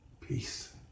Peace